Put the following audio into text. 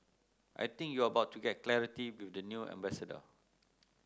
I think you are about to get clarity with the new ambassador